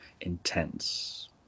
intense